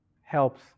helps